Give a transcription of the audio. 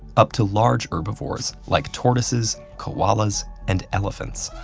up to large herbivores, like tortoises, koalas, and elephants.